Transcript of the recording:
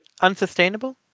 Unsustainable